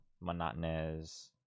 monotonous